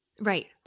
Right